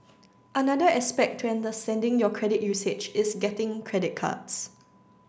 another aspect to understanding your credit usage is getting credit cards